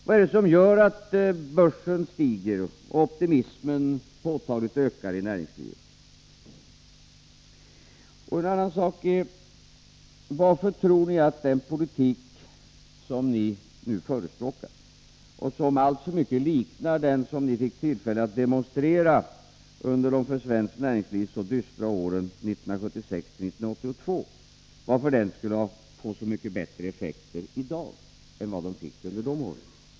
Vad är det då som gör att börsen stiger och optimismen påtagligt ökar i näringslivet? Och en annan sak: Varför tror ni att den politik som ni nu förespråkar och som alltför mycket liknar den som ni fick tillfälle att demonstrera under de för svenskt näringsliv så dystra åren 1976-1982 skulle få så mycket bättre effekter i dag än vad den fick under de åren?